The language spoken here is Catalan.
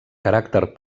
caràcter